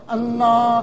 Allah